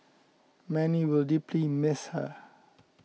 many will deeply miss her